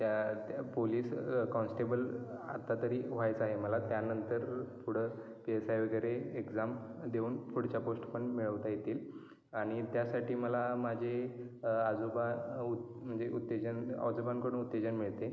त्या त्या police constable आत्तातरी व्हायचं आहे मला त्यानंतर पुढं पी एस आय वगैरे एक्झाम देऊन पुढच्या पोष्ट पण मिळवता येतील आणि त्यासाठी मला माझे आजोबा उत म्हणजे उत्तेजन आजोबांकडून उत्तेजन मिळते